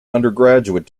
undergraduate